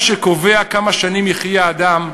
מה שקובע כמה שנים יחיה האדם,